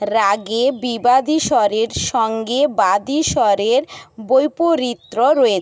রাগে বিবাদী স্বরের সঙ্গে বাদী স্বরের বৈপরীত্য রয়ে